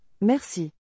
Merci